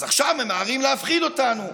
אז עכשיו ממהרים להפחיד אותנו,